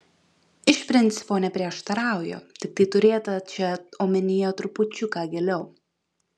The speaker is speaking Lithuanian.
iš principo neprieštarauju tiktai turėta čia omenyje trupučiuką giliau